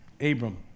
Abram